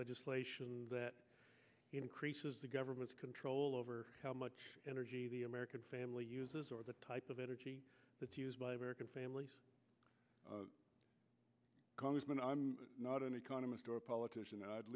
legislation that increases the government's control over how much energy the american family uses or the type of energy it's used by american families congressman i'm not an economist or a politician i